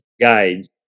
guides